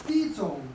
第一种